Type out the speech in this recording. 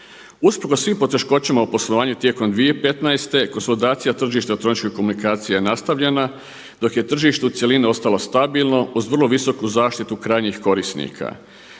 Usprkos svim poteškoćama u poslovanju tijekom 2015. konsolidacija tržišta elektroničkih komunikacija je nastavljena, dok je tržište u cjelini ostalo stabilno uz vrlo visoku zaštitu krajnjih korisnika.